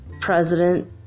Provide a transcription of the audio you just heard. president